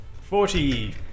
forty